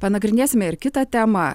panagrinėsime ir kitą temą